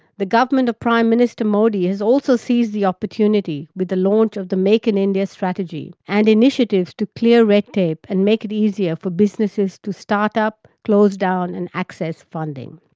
the government of prime minister modi has also seized the opportunity with the launch of the make in india strategy and initiatives to clear red tape and make it easier for businesses to start-up, close down and access funding.